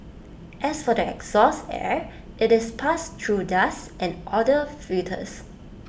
as for the exhaust air IT is passed through dust and odour filters